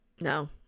No